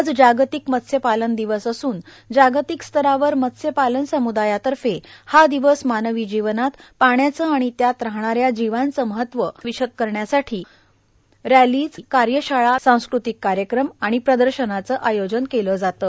आज जागतिक मत्स्यपालन दिवस असून जागतिक स्तरावर मत्स्यपालन सम्दायातर्फे हा दिवस मानवी जीवनात पाण्याचं आणि त्यात राहणाऱ्या जीवांचं महत्व रॅलीज कार्यशाळा विषद करण्यासाठी सांस्कृतिक कार्यक्रम आणि प्रदर्शनाचं आयोजन केलं जातं